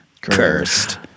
cursed